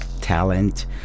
talent